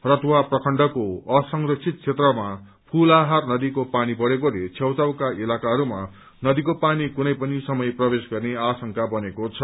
रतुआ प्रखण्डको असंरक्षित क्षेत्रमा फूलाहार नदीको परनी बढ़ेकोले छेउछाउका इलाकाहरूमा नदीको पानी कुनै पनि समय प्रवेश गर्ने आशंका बनेको छ